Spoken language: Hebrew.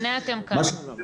הנה אתם כאן.